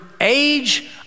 age